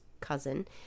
cousin